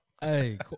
Hey